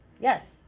Yes